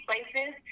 Places